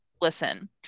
listen